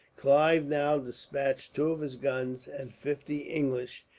clive now despatched two of his guns, and fifty english,